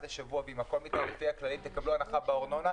לשבוע ואם הכול מתנהל לפי הכללים תקבלו הנחה בארנונה,